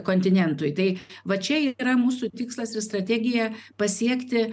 kontinentui tai va čia yra mūsų tikslas ir strategija pasiekti